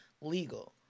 legal